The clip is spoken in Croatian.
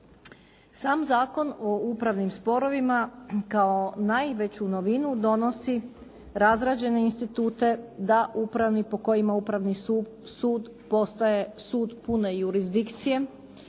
Sam Zakon o upravnim sporovima kao najveću novinu donosi razrađene institute po kojima Upravni sud postaje sud pune jurisdikcije.